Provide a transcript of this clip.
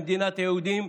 במדינת היהודים,